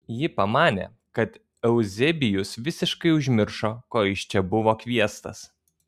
ji pamanė kad euzebijus visiškai užmiršo ko jis čia buvo kviestas